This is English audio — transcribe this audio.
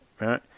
right